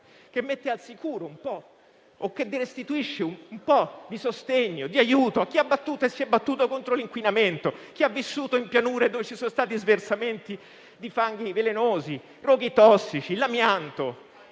che mette al sicuro o restituisce un po' di sostegno e aiuto a chi si è battuto contro l'inquinamento, chi ha vissuto in pianure dove ci sono stati sversamenti di fanghi velenosi, roghi tossici, amianto: